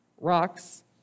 Rocks